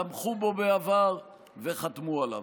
תמכו בו בעבר וחתמו עליו.